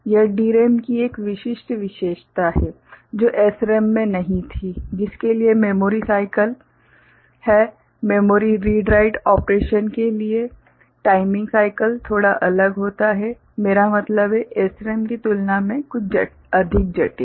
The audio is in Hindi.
यह DRAM की एक विशिष्ट विशेषता है जो SRAM में नहीं थी जिसके लिए मेमोरी साइकल हैं मेमोरी रीड राइट ऑपरेशन के लिए टाइमिंग साइकल थोड़ा अलग होता है मेरा मतलब है SRAM की तुलना में कुछ अधिक जटिल